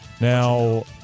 Now